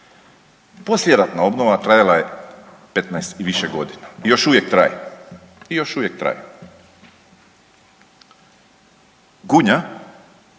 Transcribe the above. Poslijeratna obnova trajala je 15 i više godina i još uvijek traje. Gunja